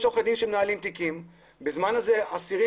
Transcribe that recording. יש עורכי דין שמנהלים תיקים ובזמן הזה אסירים